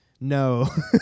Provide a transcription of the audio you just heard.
No